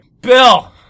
Bill